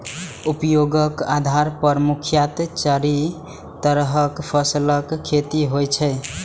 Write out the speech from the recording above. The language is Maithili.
उपयोगक आधार पर मुख्यतः चारि तरहक फसलक खेती होइ छै